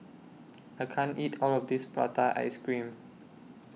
I can't eat All of This Prata Ice Cream